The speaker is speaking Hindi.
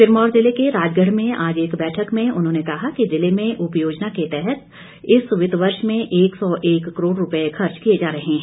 सिरमौर जिले के राजगढ़ में आज एक बैठक में उन्होंने कहा कि जिले में उपयोजना के तहत इस वित्त वर्ष में एक सौ एक करोड़ रूपए खर्च किए जा रहे हैं